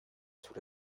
sous